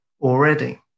already